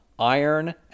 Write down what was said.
Iron